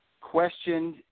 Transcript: questioned